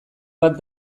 bat